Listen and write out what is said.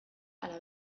ala